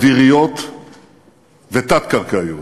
אוויריות ותת-קרקעיות.